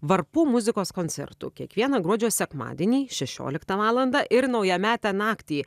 varpų muzikos koncertų kiekvieną gruodžio sekmadienį šešioliktą valandą ir naujametę naktį